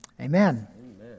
Amen